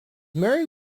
mary